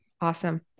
Awesome